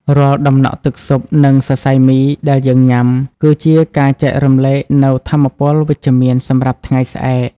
រាល់តំណក់ទឹកស៊ុប និងសរសៃមីដែលយើងញ៉ាំ គឺជាការចែករំលែកនូវថាមពលវិជ្ជមានសម្រាប់ថ្ងៃស្អែក។